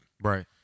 Right